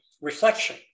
reflection